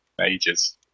ages